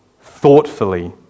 thoughtfully